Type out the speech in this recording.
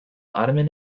ottoman